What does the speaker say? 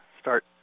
start